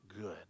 good